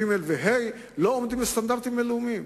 ג' וה' לא עומדים בסטנדרטים בין-לאומיים.